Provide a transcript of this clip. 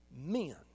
Men